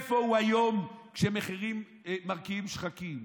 איפה הוא היום כשהמחירים מרקיעים שחקים?